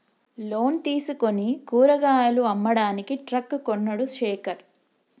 loan తీసుకుని కూరగాయలు అమ్మడానికి ట్రక్ కొన్నడు శేఖర్